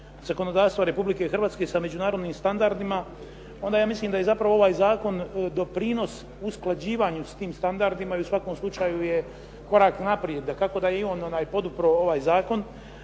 zakonodavstva Republike Hrvatske sa međunarodnim standardima, onda ja mislim da je zapravo ovaj zakon doprinos usklađivanju s tim standardima i u svakom slučaju je korak naprijed, dakako da je i on podupro ovaj zakon,